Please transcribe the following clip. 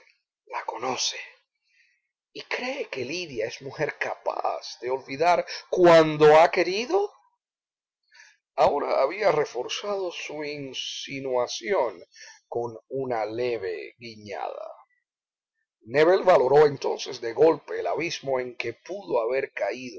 la conoce y cree que lidia es mujer capaz de olvidar cuando ha querido ahora había reforzado su insinuación con una leve guiñada nébel valoró entonces de golpe el abismo en que pudo haber caído